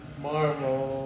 Marvel